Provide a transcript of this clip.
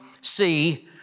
see